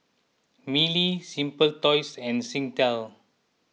Mili Simply Toys and Singtel